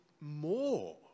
more